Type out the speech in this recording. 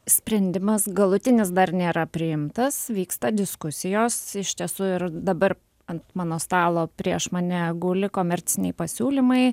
sprendimas galutinis dar nėra priimtas vyksta diskusijos iš tiesų ir dabar ant mano stalo prieš mane guli komerciniai pasiūlymai